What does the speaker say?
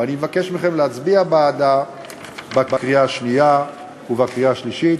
ואני מבקש מכם להצביע בעדה בקריאה השנייה ובקריאה השלישית.